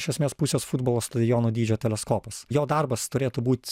iš esmės pusės futbolo stadiono dydžio teleskopas jo darbas turėtų būt